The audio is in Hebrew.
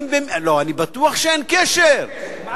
יש קשר,